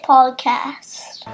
Podcast